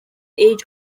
age